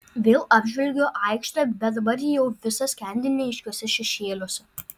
vėl apžvelgiu aikštę bet dabar ji jau visa skendi neaiškiuose šešėliuose